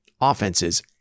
offenses